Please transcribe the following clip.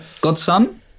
godson